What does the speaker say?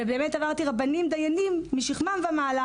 ובאמת עברתי רבנים דיינים משכמם ומעלה